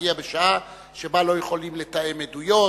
להגיע בשעה שבה לא יכולים לתאם עדויות,